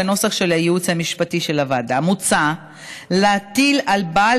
בנוסח של הייעוץ המשפטי של הוועדה: מוצע להטיל על בעל